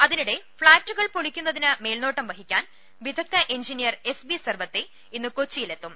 അതിനിടെ ഫ്ളാറ്റുകൾ പൊളിക്കുന്നതിന് മേൽനോട്ടം വഹി ക്കാൻ വിദഗ്ദ്ധ എഞ്ചിനിയർ എസ് ബി സർവ്വത്തെ ഇന്ന് കൊച്ചി യിൽ എത്തും